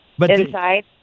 Inside